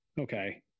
Okay